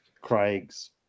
craig's